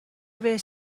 بهش